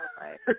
Right